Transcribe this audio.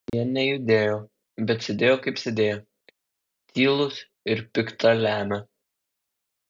jie nejudėjo bet sėdėjo kaip sėdėję tylūs ir pikta lemią